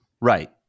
Right